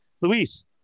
Luis